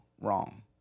wrong